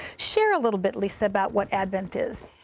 share a little bit, lisa, about what advent is.